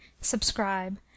subscribe